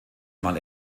man